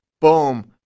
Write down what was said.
Boom